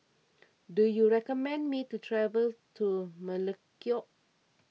do you recommend me to travel to Melekeok